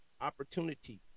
opportunity